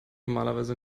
normalerweise